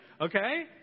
Okay